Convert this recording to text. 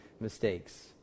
mistakes